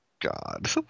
God